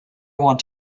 want